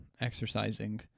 exercising